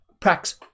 Prax